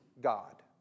God